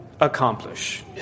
accomplish